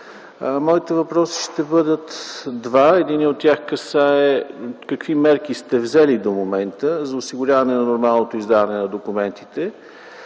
Моите въпроси ще бъдат два, единият от тях касае какви мерки сте взели до момента за осигуряване на нормалното издаване на документите